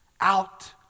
out